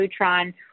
Lutron